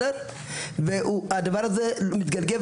הדבר הזה מתגלגל,